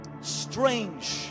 strange